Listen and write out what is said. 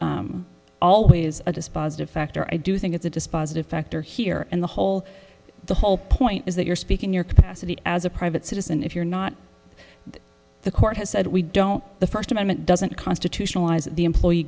a always a dispositive factor i do think it's a dispositive factor here and the whole the whole point is that you're speaking your capacity as a private citizen if you're not the court has said we don't the first amendment doesn't constitutionalized the employee